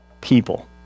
people